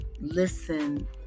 listen